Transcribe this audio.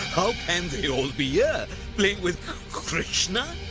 h-how can they all be here, playing with k-k-krishna!